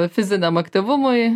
fiziniam aktyvumui